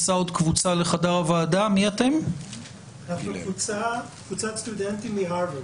לחדר הוועדה קבוצת סטודנטים מהרווארד.